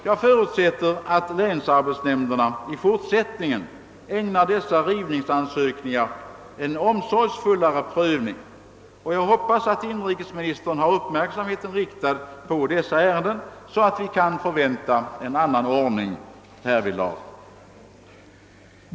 Jag förutsätter att länsarbetsnämnderna i fortsättningen ägnar dessa rivningsansökningar en :omsorgsfullare prövning, och jag hoppas att inrikesministern har uppmärksamheten riktad på dessa ärenden så att vi kan förvänta en annan ordning härvidlag.